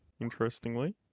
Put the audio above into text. interestingly